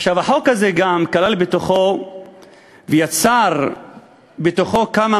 החוק הזה גם כלל בתוכו ויצר בתוכו כמה